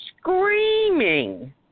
screaming